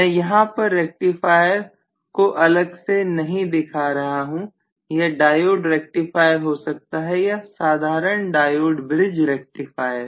मैं यहां पर रेक्टिफायर को अलग से नहीं दिखा रहा हूं यह डायोड रेक्टिफायर हो सकता है या साधारण डायोड ब्रिज रेक्टिफायर